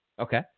Okay